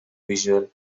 visual